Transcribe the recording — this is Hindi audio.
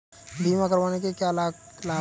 बीमा करवाने के क्या क्या लाभ हैं?